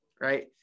right